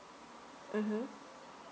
mm